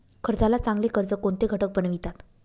कर्जाला चांगले कर्ज कोणते घटक बनवितात?